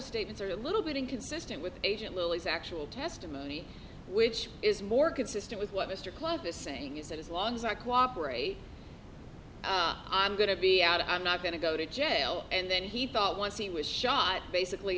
statements or a little bit inconsistent with agent little is actual testimony which is more consistent with what mr club is saying is that as long as i cooperate i'm going to be out i'm not going to go to jail and then he thought once he was shot basically